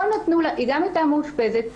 פה היא גם הייתה מאושפזת.